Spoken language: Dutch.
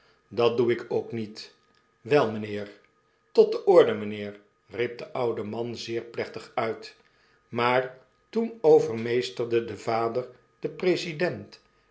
dat doe ik ook niet wel mynheer tot de orde mynheer riep de oude man zeer plechtig uit maar toen overmeesterde de vader den president